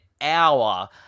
hour